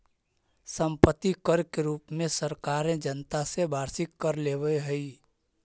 सम्पत्ति कर के रूप में सरकारें जनता से वार्षिक कर लेवेऽ हई